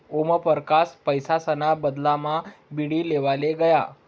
ओमपरकास पैसासना बदलामा बीडी लेवाले गया